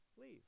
Leave